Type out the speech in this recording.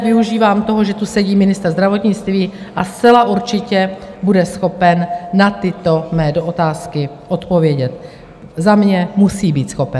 Využívám toho, že tu sedí ministr zdravotnictví, a zcela určitě bude schopen na tyto mé otázky odpovědět, Za mě musí být schopen.